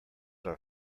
are